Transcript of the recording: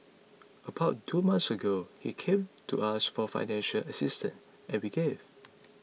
about two months ago he came to us for financial assistance and we gave